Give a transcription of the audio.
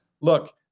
Look